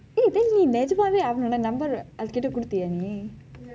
eh then நீ நிஜமாக அவனுடைய:ni nijamaaka avanudaiya number அதற்கிட்டே கொடுத்தீயா நீ:atharkithei koduthiya ni